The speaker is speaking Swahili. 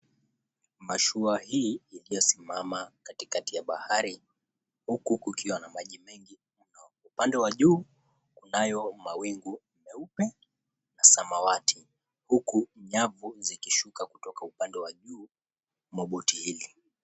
Mashua hii iliyosimama katikati ya bahari huku kukiwa na maji mengi mno. Upande wa juu kunayo mawingu meupe na samawati, huku nyavu zikishuka kutoka upande wa juu wa boti hili.